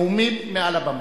נאומים, מעל הבמה.